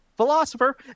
philosopher